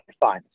fine